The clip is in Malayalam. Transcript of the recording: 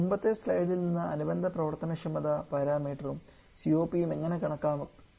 മുമ്പത്തെ സ്ലൈഡിൽ നിന്ന് അനുബന്ധ പ്രവർത്തനക്ഷമത പാരാമീറ്ററും COP ഉം എങ്ങനെ കണക്കാക്കാമെന്ന് കണ്ടു